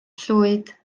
llwyd